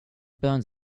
burns